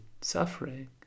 suffering